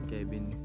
Kevin